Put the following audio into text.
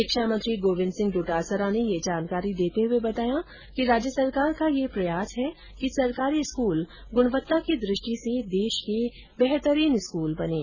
शिक्षा मंत्री गोविन्द सिंह डोटासरा ने ये जानकारी देते हुए बताया कि राज्य सरकार का यह प्रयास है कि सरकारी स्कूल गुणवत्ता की दृष्टि से देश के बेहतरीन स्कूल बनें